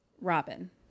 Robin